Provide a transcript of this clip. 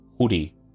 hoodie